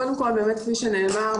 כפי שנאמר,